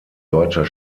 deutscher